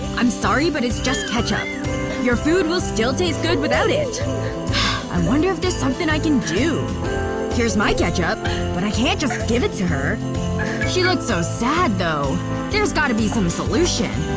i'm sorry but it's just ketchup your food will still taste good without it i wonder if there's something i can do here's my ketchup. but i can't just give it to her she looks so sad, though there's got to be some solution.